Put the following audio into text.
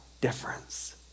difference